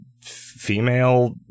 female